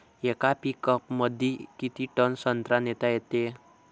येका पिकअपमंदी किती टन संत्रा नेता येते?